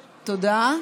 תודה.